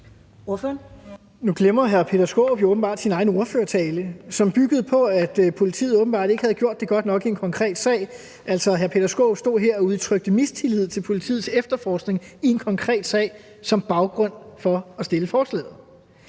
Nu glemmer hr. Peter Skaarup jo åbenbart sin egen ordførertale, som byggede på, at politiet åbenbart ikke havde gjort det godt nok i en konkret sag. Altså, hr. Peter Skaarup stod her og udtrykte mistillid til politiets efterforskning i en konkret sag som baggrund for at fremsætte forslaget.